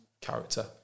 character